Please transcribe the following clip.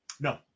No